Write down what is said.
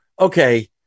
Okay